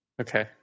Okay